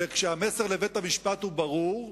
וכשהמסר לבית-המשפט הוא ברור.